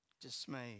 dismayed